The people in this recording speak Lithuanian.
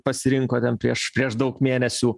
pasirinko ten prieš prieš daug mėnesių